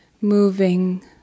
moving